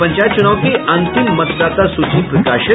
और पंचायत चुनाव की अंतिम मतदाता सूची प्रकाशित